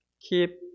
keep